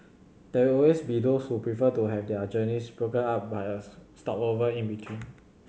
there will always be those who prefer to have their journeys broken up by a stopover in between